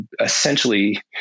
essentially